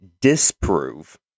disprove